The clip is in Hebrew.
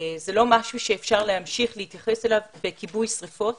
זה לא משהו שאפשר להמשיך להתייחס אליו בכיבוי שריפות.